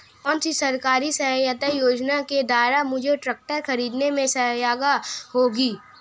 कौनसी सरकारी सहायता योजना के द्वारा मुझे ट्रैक्टर खरीदने में सहायक होगी?